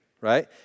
right